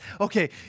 Okay